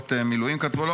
שנשות מילואים כתבו.